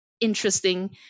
interesting